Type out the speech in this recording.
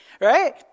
Right